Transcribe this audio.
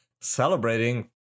celebrating